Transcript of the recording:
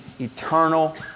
eternal